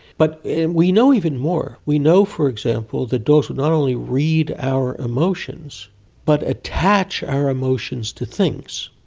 but and we know even more. we know, for example, that dogs would not only read our emotions but attach our emotions to things.